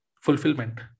fulfillment